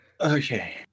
Okay